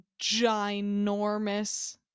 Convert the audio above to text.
ginormous